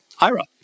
Ira